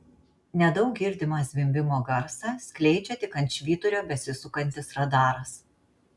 nedaug girdimą zvimbimo garsą skleidžia tik ant švyturio besisukantis radaras